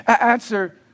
answer